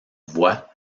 voix